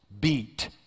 beat